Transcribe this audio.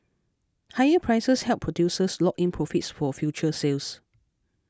higher prices help producers lock in profits for future sales